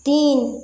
তিন